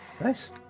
nice